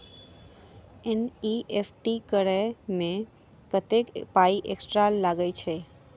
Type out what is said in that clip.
NEFT करऽ मे कत्तेक पाई एक्स्ट्रा लागई छई?